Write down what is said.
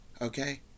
Okay